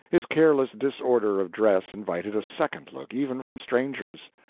his careless disorder of dress invited a second look, even from strangers.